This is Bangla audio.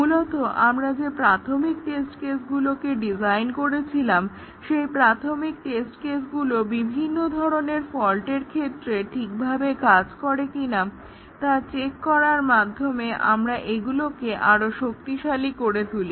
মূলত আমরা যে প্রাথমিক টেস্ট কেসগুলোকে ডিজাইন করেছিলাম সেই প্রাথমিক টেস্ট কেসগুলো বিভিন্ন ধরনের ফল্টের ক্ষেত্রে ঠিকভাবে কাজ করে কিনা তা চেক করার মাধ্যমে আমরা এগুলোকে আরো শক্তিশালী করে তুলি